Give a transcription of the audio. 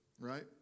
right